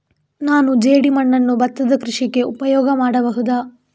ನಾನು ಜೇಡಿಮಣ್ಣನ್ನು ಭತ್ತದ ಕೃಷಿಗೆ ಉಪಯೋಗ ಮಾಡಬಹುದಾ?